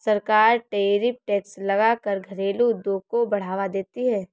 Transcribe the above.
सरकार tariff tax लगा कर घरेलु उद्योग को बढ़ावा देती है